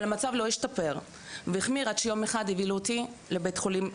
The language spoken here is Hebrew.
אבל המצב לא השתפר והחמיר עד שיום אחד הבהילו אותי לבית חולים "מאיר",